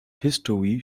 history